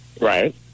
Right